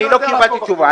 אני לא קיבלתי תשובה.